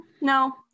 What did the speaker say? No